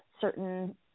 certain